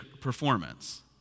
performance